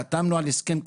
חתמנו על הסכם קיבוצי,